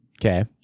Okay